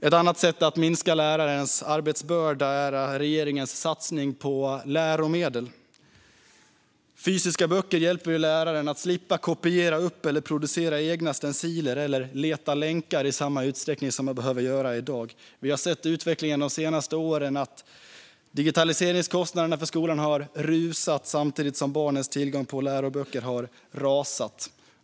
Ett annat sätt att minska lärarens arbetsbörda är regeringens satsning på läromedel. Fysiska böcker hjälper läraren att slippa kopiera upp eller producera egna stenciler eller leta länkar i den utsträckning detta behöver göras i dag. Vi har sett utvecklingen under de senaste åren. Skolans digitaliseringskostnader har rusat samtidigt som barnens tillgång till läroböcker har rasat.